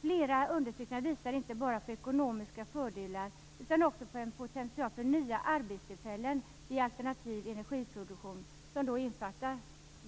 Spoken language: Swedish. Flera undersökningar visar inte bara på ekonomiska fördelar utan också på en potential för nya arbetstillfällen vid alternativ energiproduktion, som då innefattar